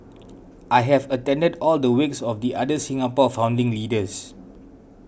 I have attended all the wakes of the other Singapore founding leaders